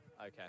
Okay